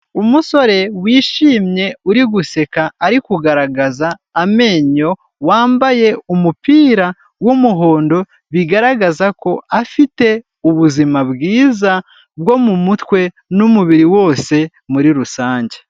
Umusore wishimye uri guseka, ari kugaragaza amenyo, wambaye umupira w'umuhondo, bigaragaza ko afite ubuzima bwiza bwo mu mutwe n'umubiri wose muri rusange.